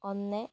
ഒന്ന്